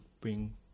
bring